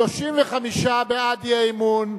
35 בעד האי-אמון,